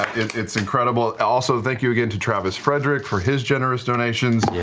it's incredible. also thank you again to travis frederick for his generous donations. yeah